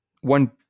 one